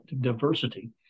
diversity